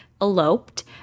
eloped